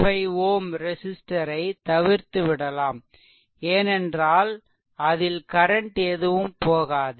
5 Ω ரெசிஸ்ட்டரை தவிர்த்துவிடலாம் ஏனென்றால் அதில் கரன்ட் எதுவும் போகாது